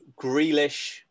Grealish